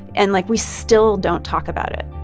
and, like, we still don't talk about it.